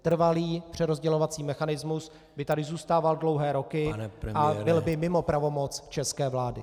Trvalý přerozdělovací mechanismus by tady zůstával dlouhé roky a byl by mimo pravomoc české vlády.